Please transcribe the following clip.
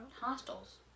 Hostels